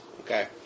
okay